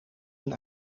een